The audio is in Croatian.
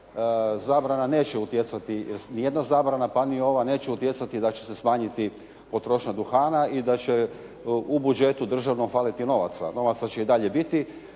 zabrana neće utjecati, ni jedna zabrana pa ni ova neće utjecati da će se smanjiti potrošnja duhana i da će u budžetu faliti novaca. Novaca će i dalje biti,